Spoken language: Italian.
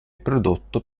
prodotto